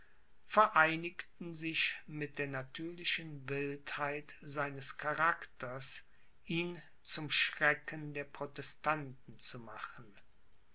vereinigten sich mit der natürlichen wildheit seines charakters ihn zum schrecken der protestanten zu machen